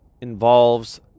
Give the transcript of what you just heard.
involves